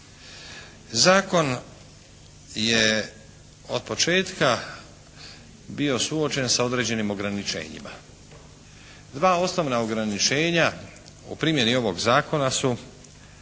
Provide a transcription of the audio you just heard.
Zakon je od početka bio suočen sa određenim ograničenjima. Dva osnovna ograničenja u primjeni ovog Zakona su